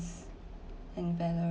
and valorant